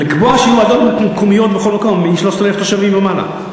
לקבוע שיהיו ועדות מקומיות בכל מקום שיש בו מ-13,000 תושבים ומעלה.